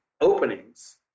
openings